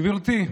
גברתי,